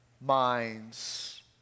minds